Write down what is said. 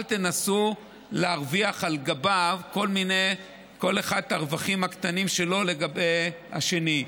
אל תנסו להרוויח על גבו כל אחד את הרווחים הקטנים שלו לגבי השני.